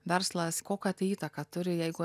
verslas kokią tai įtaką turi jeigu